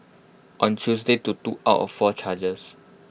on Tuesday to two out of four charges